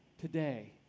today